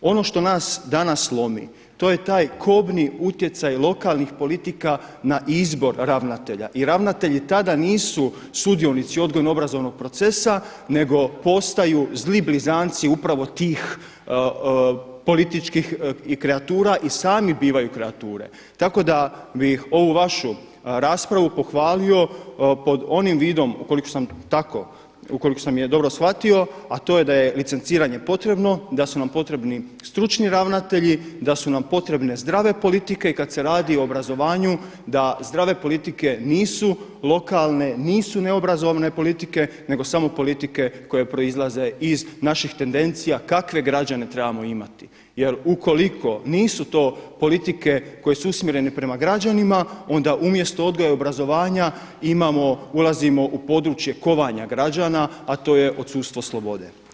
Ono što nas danas lomi to je taj kombi utjecaj lokalnih politika na izbor ravnatelja i ravnatelji tada nisu sudionici odgojno-obrazovnog procesa nego postaju zli blizanci upravo tih političkih i kreatura i sami bivaju kreature tako da bih ovu vašu raspravu pohvalio pod onim vidom ukoliko sam je dobro shvatio a to je da je licenciranje potrebno, da su nam potrebni stručni ravnatelji, da su nam potrebne zdrave politike i kad se radi o obrazovanju da zdrave politike nisu lokalne, nisu neobrazovne politike nego samo politike koje proizlaze iz naših tendencija kakve građane trebamo imati jer ukoliko nisu to politike koje su usmjerene prema građanima onda umjesto odgoja i obrazovanja imamo, ulazimo u područje kovanja građana a to je odsustvo slobode.